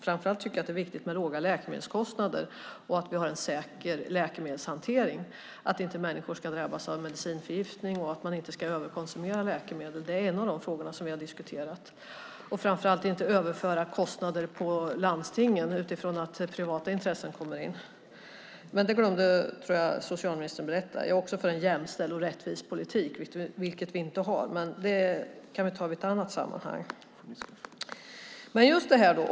Framför allt tycker jag att det är viktigt med låga läkemedelskostnader, att vi har en säker läkemedelshantering, att inte människor drabbas av medicinförgiftning, att man inte ska överkonsumera läkemedel - det är en av de frågor som vi har diskuterat - och framför allt att inte överföra kostnader på landstingen utifrån att privata intressen kommer in. Men det glömde socialministern berätta, tror jag. Jag är också för en jämställd och rättvis politik, vilket vi inte har. Men det kan vi ta i ett annat sammanhang.